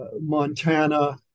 Montana